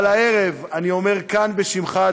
אבל הערב אני אומר כאן בשמך,